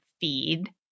feed